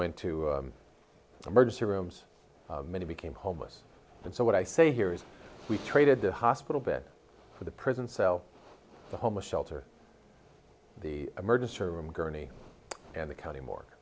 went to emergency rooms many became homeless and so what i say here is we traded the hospital bed for the prison cell the homeless shelter the emergence or room gurney and the county mor